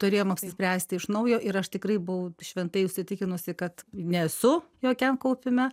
turėjom apsispręsti iš naujo ir aš tikrai buvau šventai įsitikinusi kad nesu jokiam kaupime